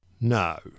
No